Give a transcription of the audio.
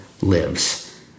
lives